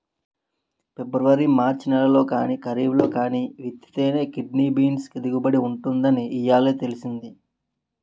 February March నెలల్లో గానీ, కరీబ్లో గానీ విత్తితేనే కిడ్నీ బీన్స్ కి దిగుబడి ఉంటుందని ఇయ్యాలే తెలిసింది